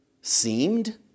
Seemed